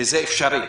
זה אפשרי.